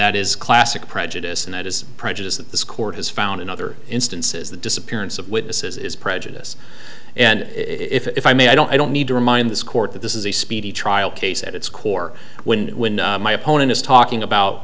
that is classic prejudice and that is prejudice that this court has found in other instances the disappearance of witnesses is prejudice and if i may i don't i don't need to remind this court that this is a speedy trial case at its core when when my opponent is talking about